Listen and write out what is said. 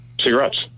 cigarettes